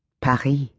Paris